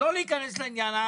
לא להיכנס לעניין הזה.